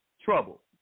Trouble